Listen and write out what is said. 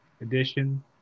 edition